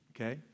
Okay